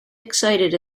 excited